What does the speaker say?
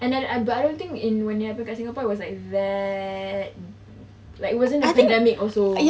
and but I don't think when it happen kat singapore it was like that like wasn't academic also